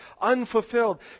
unfulfilled